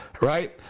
right